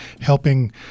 helping